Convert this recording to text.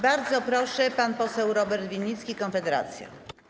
Bardzo proszę, pan poseł Robert Winnicki, Konfederacja.